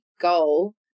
goal